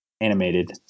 animated